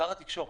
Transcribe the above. שר התקשורת.